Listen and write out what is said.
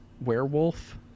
werewolf